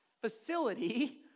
facility